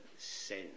sin